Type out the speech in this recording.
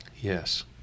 Yes